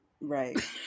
Right